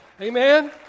Amen